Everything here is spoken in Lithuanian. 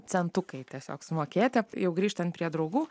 centukai tiesiog sumokėti jau grįžtant prie draugų